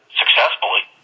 successfully